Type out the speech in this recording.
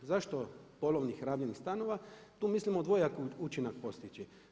Zašto polovnih rabljenih stanovima, tu mislimo dvojaki učinak postići.